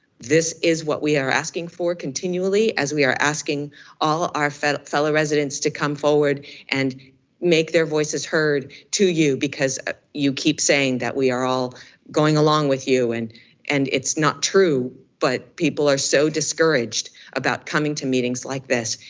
this is what we are asking for continually as we are asking all our fellow fellow residents to come forward and make their voices heard to you because ah you keep saying that we are all going along with you and and it's not true, but people are so discouraged about coming to me meetings like this,